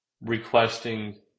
requesting